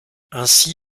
ainsi